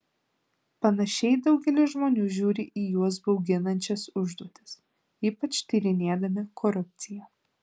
panašiai daugelis žmonių žiūri į juos bauginančias užduotis ypač tyrinėdami korupciją